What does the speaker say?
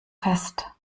fest